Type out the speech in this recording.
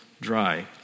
dry